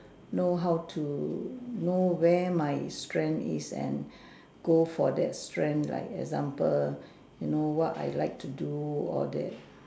know how to know where my strength is and go for that strength like for example what I like to do or that